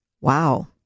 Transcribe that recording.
Wow